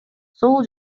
сол